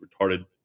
retarded